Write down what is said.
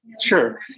Sure